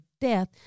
death